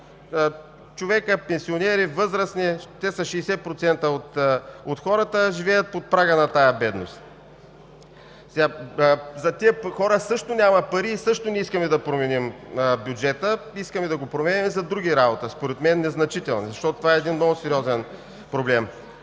човека – пенсионери, възрастни, които са 60% от хората, живеят под прага на тази бедност. За тези хора също няма пари и също не искаме да променим бюджета, искаме да го променяме за други работи – според мен незначителни, и това е един много сериозен проблем.